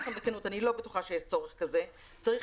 לכם בכנות שאני לא בטוחה שיש צורך כזה צריך